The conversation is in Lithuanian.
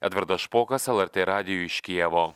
edvardas špokas lrt radijui iš kijevo